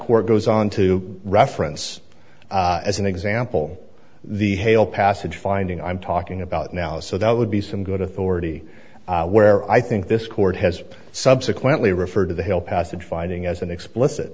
court goes on to reference as an example the hale passage finding i'm talking about now so that would be some good authority where i think this court has subsequently referred to the hill passage finding as an explicit